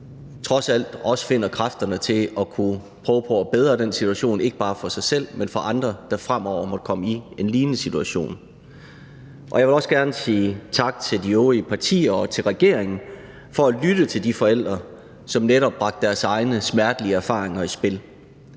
trods alt også finder kræfterne til at kunne prøve på at bedre den situation, ikke bare for sig selv, men for andre, der fremover måtte komme i en lignende situation. Og jeg vil også gerne sige tak til de øvrige partier og til regeringen for at lytte til de forældre, som netop bragte deres egne smertelige erfaringer i spil.